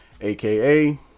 aka